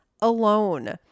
alone